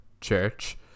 church